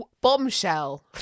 Bombshell